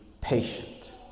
patient